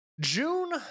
June